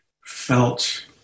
felt